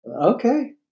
Okay